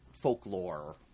folklore